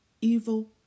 evil